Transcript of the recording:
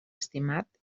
estimat